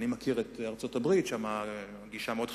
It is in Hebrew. אני מכיר את ארצות-הברית, ושם הגישה מאוד חיובית,